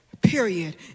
period